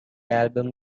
album